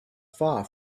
far